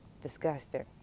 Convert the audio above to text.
disgusting